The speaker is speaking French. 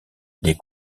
les